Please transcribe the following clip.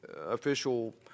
official